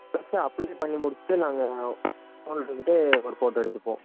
first apply பண்ணி முடிஷ்ட்டு நாங்கள் உங்களுக்கு வந்துட்டு ஒரு ஃபோட்டோ எடுத்துப்போம்